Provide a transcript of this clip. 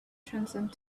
transcend